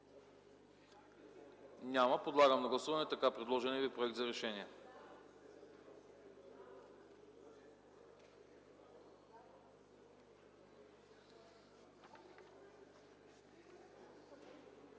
Няма. Подлагам на гласуване така предложеният ви Проект за решение.